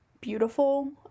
beautiful